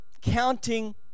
counting